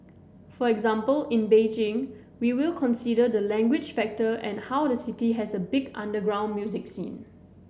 for example in Beijing we will consider the language factor and how the city has a big underground music scene